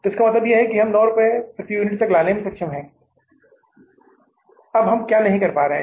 तो इसका मतलब है कि हम इसे 9 रुपये प्रति यूनिट तक लाने में सक्षम हैं अब हम क्या नहीं कर पा रहे हैं